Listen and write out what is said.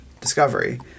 discovery